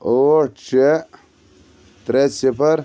ٲٹھ شےٚ ترٛےٚ صِفر